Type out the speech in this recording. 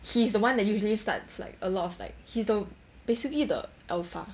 he's the one that usually starts like a lot of like he's basically the alpha